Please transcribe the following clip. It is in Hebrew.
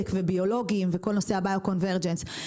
וביולוגים וכל נושא ה-Bioconvergence.